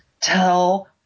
tell